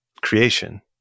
creation